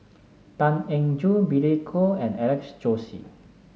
Tan Eng Joo Billy Koh and Alex Josey